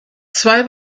zwei